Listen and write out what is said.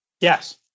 Yes